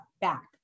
back